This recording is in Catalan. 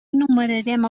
enumerarem